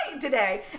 today